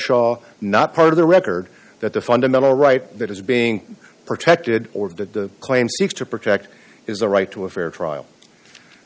shaw not part of the record that the fundamental right that is being protected or that the claim seeks to protect is a right to a fair trial